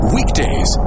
Weekdays